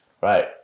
right